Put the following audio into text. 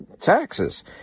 taxes